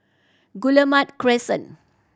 Guillemard Crescent